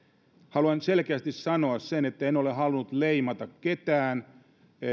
haluan selkeästi sanoa sen että en ole halunnut leimata ketään